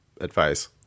advice